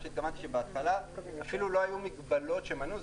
התכוונתי לכך שבהתחלה אפילו לא היו מגבלות שמנעו,